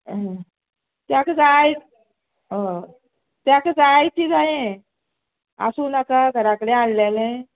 ताका जाय हय ताका जाय ती जायें आसूं नाका घरा कडेन हाडलेलें